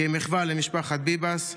כמחווה למשפחת ביבס.